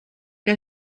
que